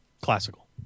classical